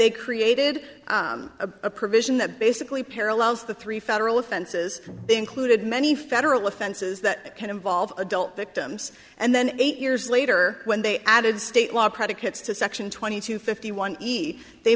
they created a provision that basically parallels the three federal offenses they included many federal offenses that can involve adult victims and then eight years later when they added state law predicates to section twenty two fifty one they